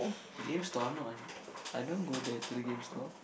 games store I'm not one I don't go there to the games store